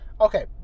Okay